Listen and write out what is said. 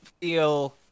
feel